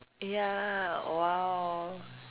ya !wow!